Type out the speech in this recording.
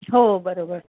हो बरोबर